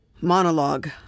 monologue